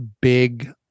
big